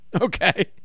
Okay